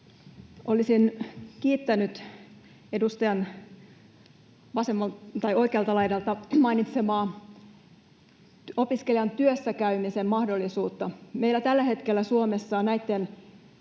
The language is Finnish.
Olisin kiittänyt oikean laidan edustajan mainitsemaa opiskelijan työssäkäymisen mahdollisuutta. Meillä tällä hetkellä Suomessa näitten